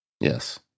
Yes